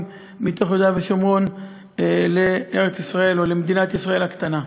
מתוך יהודה ושומרון לארץ-ישראל או למדינת ישראל הקטנה.